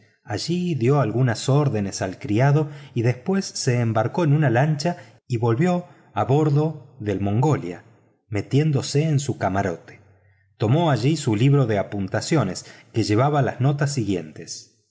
allí dio algunas órdenes al criado y después se embarcó en una lancha y volvió a bordo del mongoliá metiéndose en su camarote tomó allí su libro de anotaciones que llevaba los siguentes